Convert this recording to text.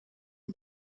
und